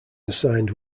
assigned